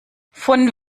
von